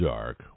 Dark